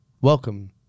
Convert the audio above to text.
Welcome